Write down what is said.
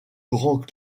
grands